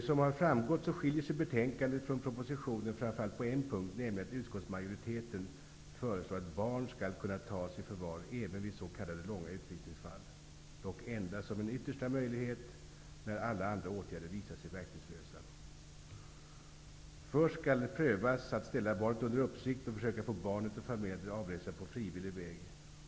Som har framgått skiljer sig betänkandet från propositionen framför allt på en punkt, nämligen att utskottsmajoriteten föreslår att barn skall kunna tas i förvar även vid s.k. långa utvisningsfall, dock endast som en yttersta möjlighet när alla andra åtgärder visat sig vara verkningslösa. Först skall prövas att ställa barnet under uppsikt och att försöka få barnet och familjen att avresa på frivillig väg.